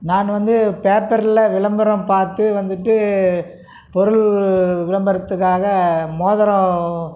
நான் வந்து பேப்பரில் விளம்பரம் பார்த்து வந்துட்டு பொருள் விளம்பரத்துக்காக மோதிரம்